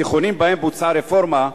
בתיכונים שבהם בוצעה הרפורמה,